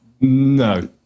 No